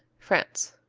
france